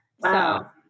Wow